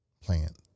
plant